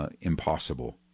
impossible